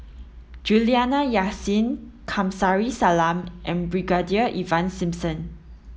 Juliana Yasin Kamsari Salam and Brigadier Ivan Simson